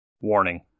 Warning